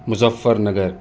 Muzaffar Nagar